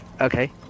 Okay